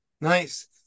Nice